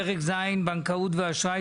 פרק ז' (בנקאות ואשראי),